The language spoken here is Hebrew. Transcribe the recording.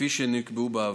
כפי שנקבעו בעבר.